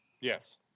Yes